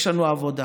יש לנו עבודה.